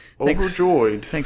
overjoyed